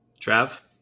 Trav